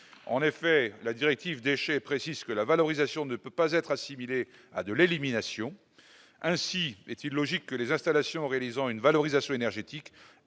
en effet, la directive déchets précise que la valorisation ne peut pas être assimilé à de l'élimination ainsi: est-il logique que les installations, réalisant une valorisation énergétique